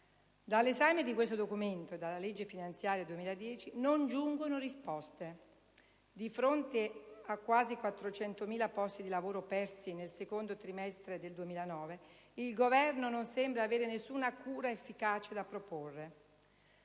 Dall'esame di questo Documento e della legge finanziaria 2010 non giungono risposte. Di fronte a quasi 400.000 posti di lavoro persi nel secondo trimestre del 2009, il Governo non sembra avere nessuna cura efficace da proporre.